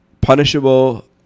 punishable